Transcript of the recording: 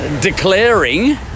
declaring